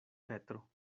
petro